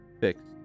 fixed